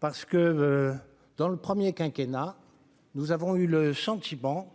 parce que dans le premier quinquennat nous avons eu le sentiment